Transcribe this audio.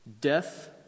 death